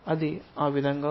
అది ఆ విధంగా వస్తుంది